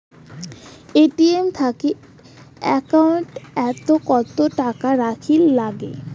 ATM থাকিলে account ওত কত টাকা রাখীর নাগে?